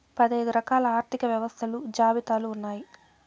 పదైదు రకాల ఆర్థిక వ్యవస్థలు జాబితాలు ఉన్నాయి